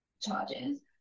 charges